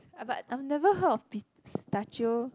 but I'll never heard of pistachio